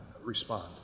Respond